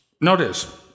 Notice